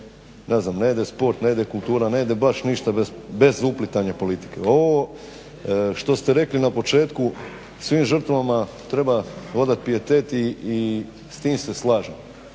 ne ide sport, ne ide kultura, ne ide baš ništa bez uplitanja politike. Ovo što ste rekli na početku svim žrtvama treba odati pijetet i s tim se slažem.